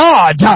God